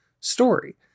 story